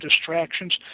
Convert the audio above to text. distractions